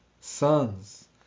sons